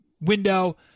window